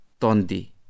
Tondi